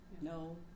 no